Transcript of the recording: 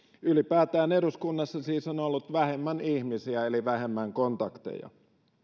ylipäätään eduskunnassa siis on ollut vähemmän ihmisiä eli vähemmän kontakteja